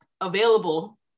available